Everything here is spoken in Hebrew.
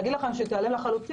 להגיד לכם שהיא תיעלם לחלוטין?